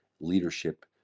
leadership